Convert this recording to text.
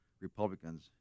Republicans